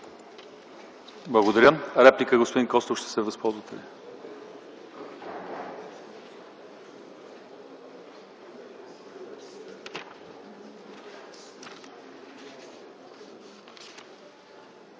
Благодаря. За реплика – господин Костов, ще се възползвате